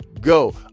go